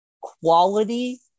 quality